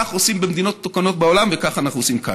כך עושים במדינות מתוקנות בעולם וכך אנחנו עושים כאן.